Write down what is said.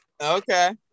Okay